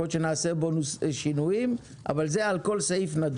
יכול להיות שנעשה בו שינויים אבל כשנדון בכל סעיף.